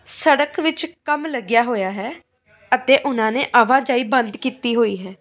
ਸੜਕ ਵਿੱਚ ਕੰਮ ਲੱਗਿਆ ਹੋਇਆ ਹੈ ਅਤੇ ਉਹਨਾਂ ਨੇ ਆਵਾਜਾਈ ਬੰਦ ਕੀਤੀ ਹੋਈ ਹੈ